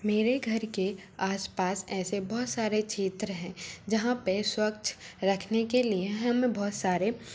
मेरे घर के आस पास ऐसे बहोत सारे क्षेत्र हैं जहाँ पर स्वच्छ रखने के लिए हमें बहुत सारे